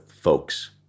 folks